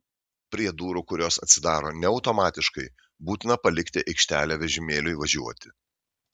prie durų kurios atsidaro ne automatiškai būtina palikti aikštelę vežimėliui važiuoti